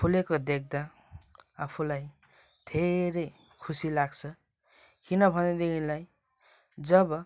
फुलेको देख्दा आफूलाई धेरै खुसी लाग्छ किनभनेदेखिलाई जब